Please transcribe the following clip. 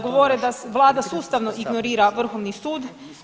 Govore da Vlada sustavno ignorira Vrhovni sud.